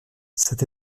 cet